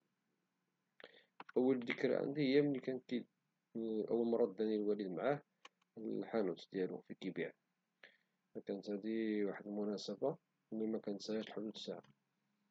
أول ذكرى عندي هي أول مرة داني الوالد معه للحاونت ديالو فين كيبيع، وهدي واحد المناسبة لي مكنساهاشي لحدود الساعة.